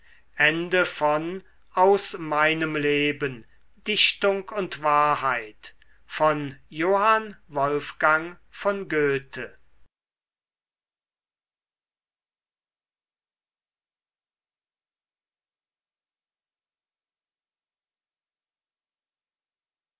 aus meinem leben dichtung und wahrheit